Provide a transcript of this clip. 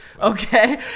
okay